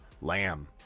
Lamb